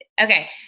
Okay